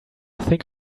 think